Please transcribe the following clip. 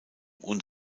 und